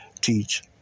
teach